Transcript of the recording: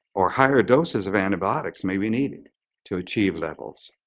or higher doses of antibiotics may be needed to achieve levels,